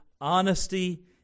Honesty